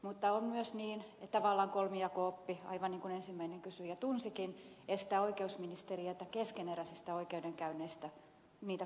mutta on myös niin että vallan kolmijako oppi aivan niin kuin ensimmäinen kysyjä tunsikin estää oikeusministeriötä kommentoimasta keskeneräisiä oikeudenkäyntejä